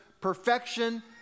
perfection